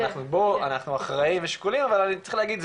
אנחנו אחראים ושקולים אבל צריך להגיד,